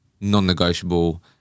non-negotiable